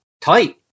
tight